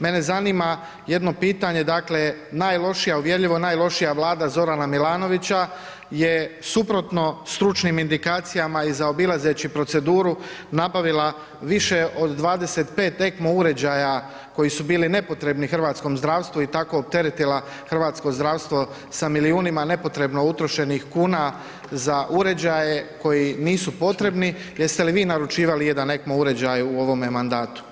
Mene zanima jedno pitanje, dakle najlošija, uvjerljivo najlošija vlada Zorana Milanovića je suprotno stručnim indikacijama i zaobilazeći proceduru nabavila više od 25 Ecmo uređaja koji su bili nepotrebni hrvatskom zdravstvu i tako opteretila hrvatsko zdravstvo sa milijunima nepotrebno utrošenih kuna za uređaje koji nisu potrebni, jeste li vi naručivali jedan ECMO uređaj u ovome mandatu?